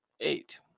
eight